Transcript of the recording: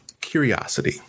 curiosity